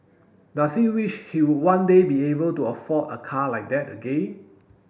does he wish she would one day be able to afford a car like that again